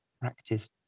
practice